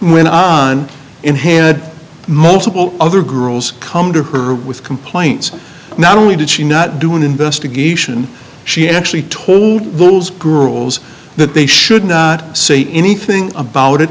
run in had multiple other girls come to her with complaints not only did she not do an investigation she actually told those girls that they should not say anything about it